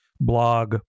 blog